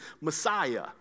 Messiah